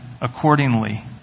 accordingly